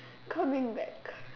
call me back